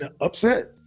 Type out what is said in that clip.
upset